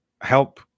help